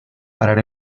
parar